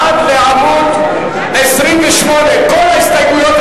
עד לעמוד 28. כל ההסתייגויות,